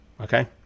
okay